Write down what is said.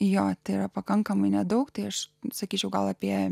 jo yra pakankamai nedaug tai aš sakyčiau gal apie